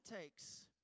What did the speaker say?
takes